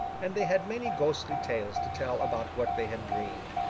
and they had many ghostly tales to tell about what they had dreamed,